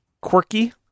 Quirky